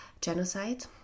genocide